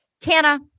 Tana